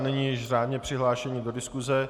Nyní již řádně přihlášení do diskuse.